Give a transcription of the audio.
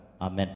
Amen